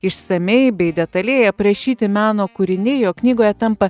išsamiai bei detaliai aprašyti meno kūriniai jo knygoje tampa